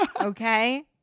Okay